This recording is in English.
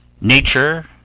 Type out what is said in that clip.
nature